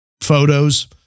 photos